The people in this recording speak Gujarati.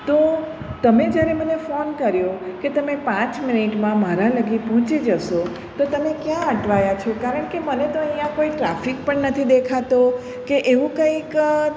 તો તમે જ્યારે મને ફોન કર્યો કે તમે પાંચ મિનિટમાં મારા લગી પહોંચી જશો તો તમે ક્યાં અટવાયા છો કારણ કે મને તો અહીંયાં કોઈ ટ્રાફિક પણ નથી દેખાતો કે એવું કંઈક